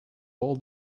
all